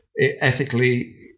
ethically